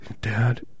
Dad